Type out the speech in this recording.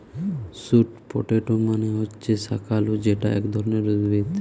sweet potato মানে হচ্ছে শাকালু যেটা এক ধরণের উদ্ভিদ